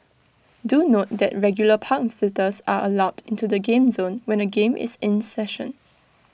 do note that regular park visitors are allowed into the game zone when A game is in session